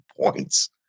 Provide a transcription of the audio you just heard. points